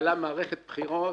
התנהלה מערכת בחירות.